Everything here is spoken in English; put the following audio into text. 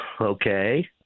Okay